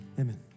Amen